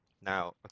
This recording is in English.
now